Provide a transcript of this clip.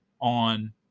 on